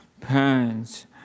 parents